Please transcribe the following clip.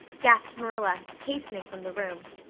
gasped marilla, hastening from the room.